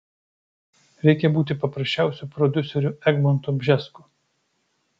reikia būti paprasčiausiu prodiuseriu egmontu bžesku